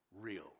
real